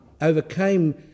overcame